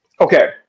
Okay